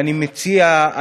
ואני מציע,